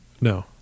no